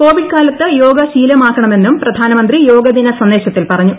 Covid കാലത്ത് യോഗ ശീലമാക്കണന്നും പ്രധാന മന്ത്രി യോഗ ദിന സന്ദേശത്തിൽ പറഞ്ഞു